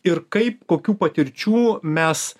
ir kaip kokių patirčių mes